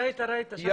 ראית, ראית, שלחתי לך.